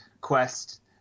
quest